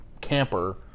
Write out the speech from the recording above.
camper